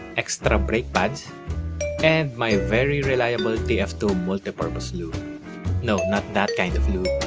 but brake pads and my very reliable t f two multi purpose lube no, not that kind of lube